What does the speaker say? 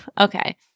Okay